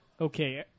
okay